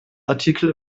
artikel